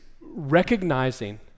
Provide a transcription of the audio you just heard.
recognizing